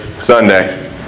Sunday